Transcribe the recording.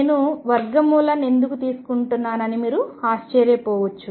నేను వర్గమూలాన్ని ఎందుకు తీసుకుంటున్నాను అని మీరు ఆశ్చర్యపోవచ్చు